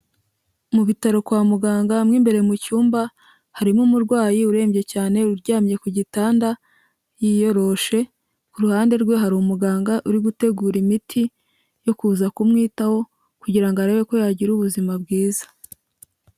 Mu bitaro kwa muganga mo imbere mu cyumba harimo umurwayi urembye cyane uryamye ku gitanda yiyoroshe, ku ruhande rwe hari umuganga uri gutegura imiti yo kuza kumwitaho kugira ngo arebe ko yagira ubuzima bwiza.